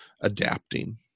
adapting